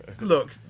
look